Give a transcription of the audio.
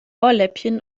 ohrläppchen